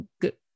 good